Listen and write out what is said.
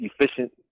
efficient